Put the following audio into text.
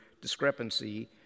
discrepancy